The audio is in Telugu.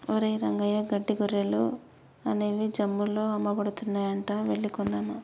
ఒరేయ్ రంగయ్య గడ్డి గొర్రెలు అనేవి జమ్ముల్లో అమ్మబడుతున్నాయంట వెళ్లి కొందామా